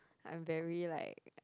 I'm very like